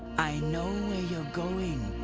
i know where you're going.